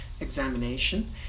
examination